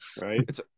Right